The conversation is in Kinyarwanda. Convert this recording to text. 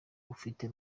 ufite